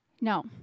No